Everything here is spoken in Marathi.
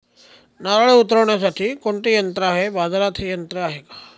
नारळे उतरविण्यासाठी कोणते यंत्र आहे? बाजारात हे यंत्र आहे का?